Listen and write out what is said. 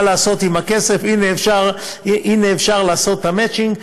הנה, אפשר לעשות את המצ'ינג.